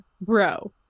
bro